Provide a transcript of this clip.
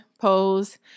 pose